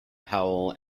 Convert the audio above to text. powell